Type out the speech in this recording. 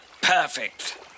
Perfect